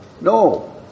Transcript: no